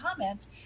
comment